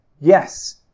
Yes